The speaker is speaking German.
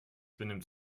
benimmt